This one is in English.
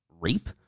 rape